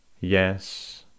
Yes